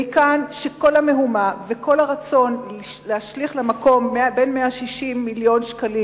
מכאן שכל המהומה וכל הרצון להשליך למקום בין 160 מיליון שקלים